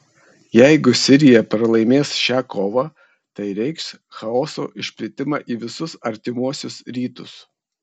jeigu sirija pralaimės šią kovą tai reikš chaoso išplitimą į visus artimuosius rytus